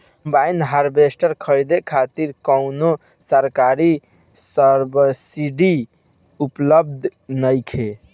Combine harvester खरीदे खातिर कउनो सरकारी सब्सीडी उपलब्ध नइखे?